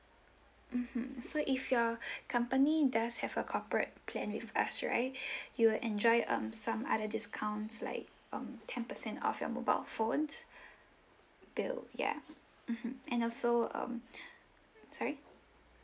mmhmm so if your company does have a corporate plan with us right you enjoy um some other discounts like um ten percent off your mobile phones bill ya mmhmm and also um sorry